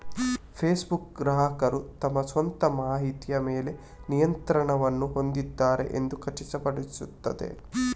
passbook, ಗ್ರಾಹಕರು ತಮ್ಮ ಸ್ವಂತ ಮಾಹಿತಿಯ ಮೇಲೆ ನಿಯಂತ್ರಣವನ್ನು ಹೊಂದಿದ್ದಾರೆ ಎಂದು ಖಚಿತಪಡಿಸುತ್ತದೆ